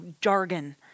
jargon